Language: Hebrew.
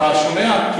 אתה שומע?